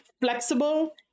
flexible